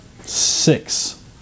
Six